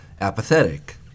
apathetic